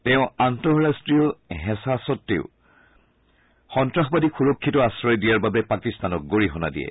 তেওঁ আন্তঃৰাষ্ট্ৰীয় হেঁচা সত্ত্ও সন্নাসবাদীক সুৰক্ষিত আশ্ৰয় দিয়াৰ বাবে পাকিস্তানক গৰিহনা দিয়ে